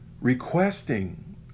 requesting